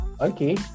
Okay